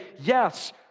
yes